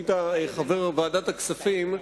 היית חבר ועדת הכספים.